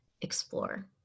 explore